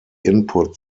input